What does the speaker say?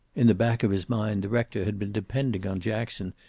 in the back of his mind the rector had been depending on jackson,